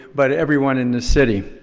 but everyone in the city.